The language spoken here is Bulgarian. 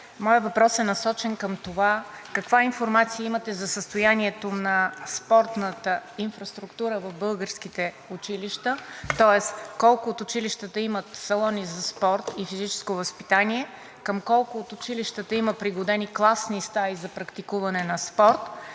моят въпрос е насочен към това каква информация имате за състоянието на спортната инфраструктура в българските училища, тоест колко от училищата имат салони за спорт и физическо възпитание, към колко от училищата има пригодени класни стаи за практикуване на спорт